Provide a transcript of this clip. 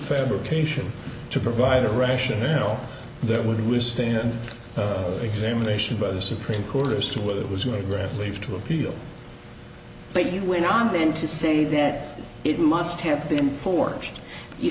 fabrication to provide a rationale that would withstand examination by the supreme court as to whether it was going to grant leave to appeal but you went on then to say that it must have been for you